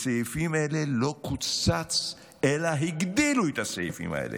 סעיפים אלה לא קוצצו, אלא הגדילו את הסעיפים האלה.